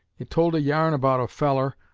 it told a yarn about a feller,